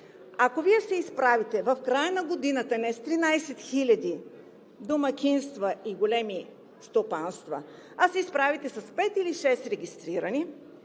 Ако Вие се изправите в края на годината не с 13 хиляди домакинства и големи стопанства, а с 5 или 6 регистрирани,